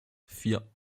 vier